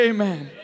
Amen